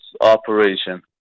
operation